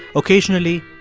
occasionally,